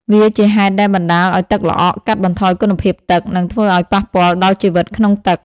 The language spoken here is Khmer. វាជាហេតុដែលបណ្ដាលឲ្យទឹកល្អក់ កាត់បន្ថយគុណភាពទឹក និងធ្វើឲ្យប៉ះពាល់ដល់ជីវិតក្នុងទឹក។